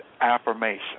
affirmation